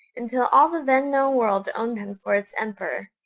until all the then-known world owned him for its emperor?